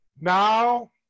Now